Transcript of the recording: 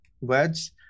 words